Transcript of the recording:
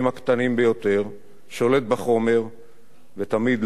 שולט בחומר ותמיד לומד, מפיק לקחים,